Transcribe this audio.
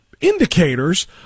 indicators